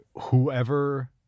whoever